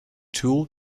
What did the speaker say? tool